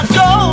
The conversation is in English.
go